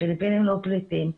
הפיליפינים לא פליטים.